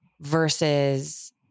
versus